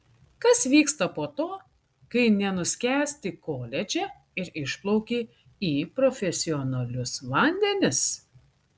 kas vyksta po to kai nenuskęsti koledže ir išplauki į profesionalius vandenis